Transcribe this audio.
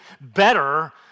better